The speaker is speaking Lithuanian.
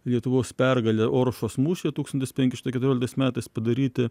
lietuvos pergalė oršos mūšio tūkstantis penki šimtai keturioliktais metas padaryti